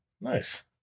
Nice